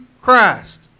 Christ